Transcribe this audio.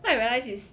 what I realize is